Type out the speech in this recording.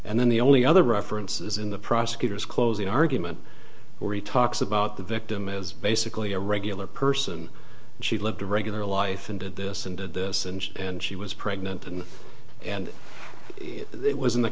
and then the only other reference is in the prosecutor's closing argument where he talks about the victim is basically a regular person and she lived a regular life and did this and did this and and she was pregnant and and it was in the